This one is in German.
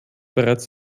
bereits